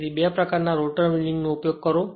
તેથી 2 પ્રકારના rotor winding નો ઉપયોગ કરો